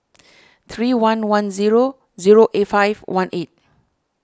three one one zero zero eight five one eight